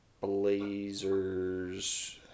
Blazers